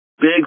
big